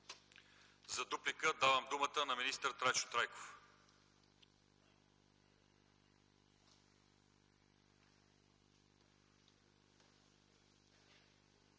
За дуплика давам думата на министър Трайчо Трайков.